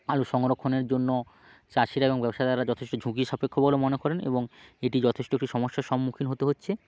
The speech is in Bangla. আলু সংরক্ষনের জন্য চাষীরা এবং ব্যবসাদাররা যথেষ্ট ঝুঁকি সাপেক্ষ বলে মনে করেন এবং এটি যথেষ্ট একটি সমস্যার সম্মুখীন হতে হচ্ছে